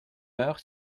heure